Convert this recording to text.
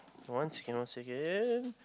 once you cannot say again